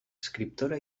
escriptora